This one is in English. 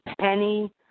Penny